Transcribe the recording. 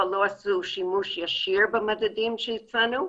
אבל לא עשו שימוש ישיר במדדים שהצענו,